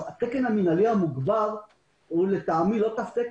התקן המינהלי המוגבר הוא, לטעמי, לא תו תקן.